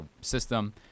system